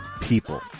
people